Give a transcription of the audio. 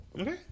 Okay